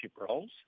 roles